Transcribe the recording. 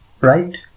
right